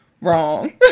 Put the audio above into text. wrong